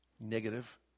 negative